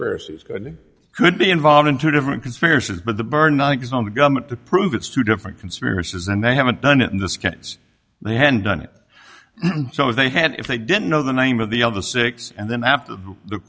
experiences could be involved in two different conspiracies but the burden is on the government to prove it's two different conspiracies and they haven't done it in this case they hadn't done it so if they had if they didn't know the name of the other six and then after the